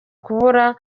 kubura